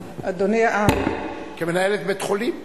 כמנהלת בית-חולים.